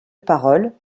parole